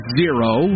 zero